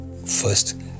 first